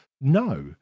no